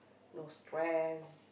no stress